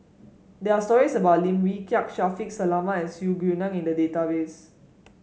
there are stories about Lim Wee Kiak Shaffiq Selamat and Su Guaning in the database